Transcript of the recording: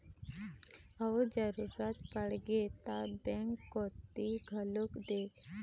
अउ जरुरत पड़गे ता बेंक कोती घलोक देख